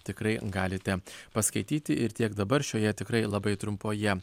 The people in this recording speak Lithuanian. tikrai galite paskaityti ir tiek dabar šioje tikrai labai trumpoje